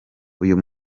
uyu